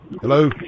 Hello